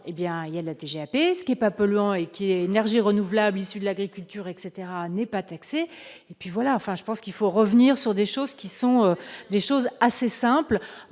hé bien il y a la TGAP, ce qui est pas polluant et qui, énergies renouvelables, issus de l'agriculture etc, n'est pas taxé et puis voilà, enfin, je pense qu'il faut revenir sur des choses qui sont des choses assez simples,